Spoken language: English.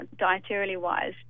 dietarily-wise